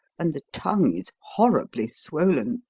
and the tongue is horribly swollen.